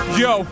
yo